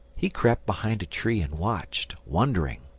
he crept behind a tree and watched, wondering.